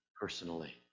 personally